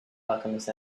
alchemist